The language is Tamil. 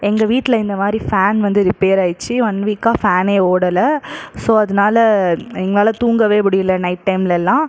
எங்கள் வீட்டில் இந்த மாதிரி ஃபேன் வந்து ரிப்பேர் ஆகிடுச்சி ஒன் வீக்கா ஃபேனே ஓடலை ஸோ அதனால எங்களால் தூங்கவே முடியல நைட் டைம்லலாம்